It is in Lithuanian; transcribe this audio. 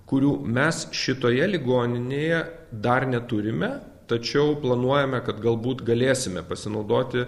kurių mes šitoje ligoninėje dar neturime tačiau planuojame kad galbūt galėsime pasinaudoti